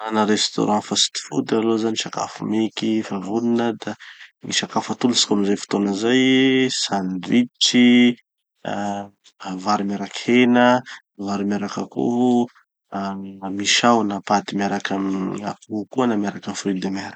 mana restaurant fast food aloha zany, sakafo meky fa vonona da gny sakafo atolotsiko amizay fotoana zay: sandwich, vary miaraky hena, vary miaraky akoho, ah misao na paty miaraky amy akoho koa na miaraky amy fruits de mer.